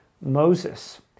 Moses